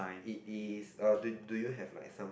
it is do do you have like some